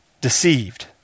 deceived